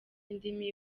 ndimi